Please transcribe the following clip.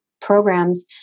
programs